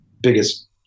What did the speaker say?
biggest